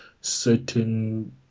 certain